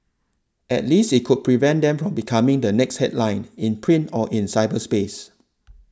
at least it could prevent them from becoming the next headline in print or in cyberspace